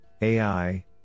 AI